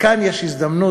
וכאן יש הזדמנות,